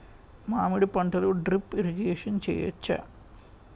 మామిడి పంటలో drip irrigation చేయచ్చా?